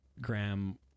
Graham